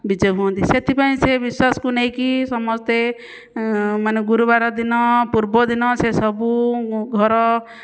ବିଜେ ହୁଅନ୍ତି ସେଥିପାଇଁ ସେ ବିଶ୍ଵାସକୁ ନେଇକି ସମସ୍ତେ ମାନେ ଗୁରୁବାର ଦିନ ପୂର୍ବଦିନ ସେସବୁ ଘର